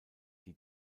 die